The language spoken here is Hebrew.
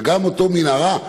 וגם אותה מנהרה,